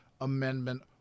Amendment